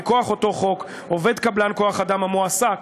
מכוח אותו חוק עובד קבלן כוח-אדם המועסק